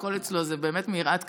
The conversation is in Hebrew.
והכול אצלו זה באמת מיראת כבוד,